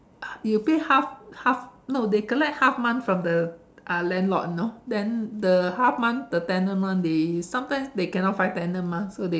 you pay half half no they collect half month from the uh landlord you know then the half month the tenant [one] they sometimes they cannot find tenant mah